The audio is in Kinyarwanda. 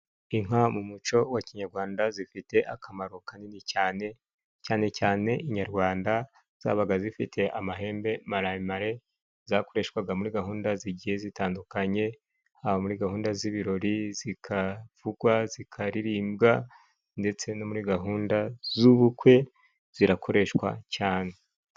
Inka mu muco wa kinyarwanda zifite akamaro kanini cyane, cyane cyane inyarwanda zabaga zifite amahembe maremare, zakoreshwaga muri gahunda zigiye zitandukanye, haba muri gahunda z'ibirori, zikavugwa, zikaririmbwa, ndetse no muri gahunda z'ubukwe zirakoreshwa cyane.